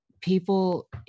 people